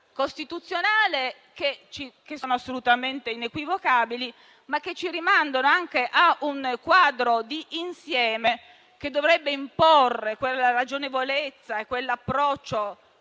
costituzionale che sono assolutamente inequivocabili, ma che ci rimandano anche a un quadro d'insieme che dovrebbe imporre quella ragionevolezza e quell'approccio